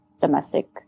domestic